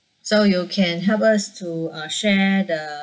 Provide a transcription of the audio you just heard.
so you can help us to uh share the